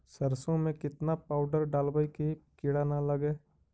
सरसों में केतना पाउडर डालबइ कि किड़ा न लगे?